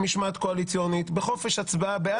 מבחינה מסוימת אתם יכולים כבר להעביר אותו לוועדה של ווליד טאהא.